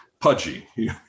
pudgy